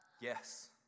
Yes